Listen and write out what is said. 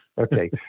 Okay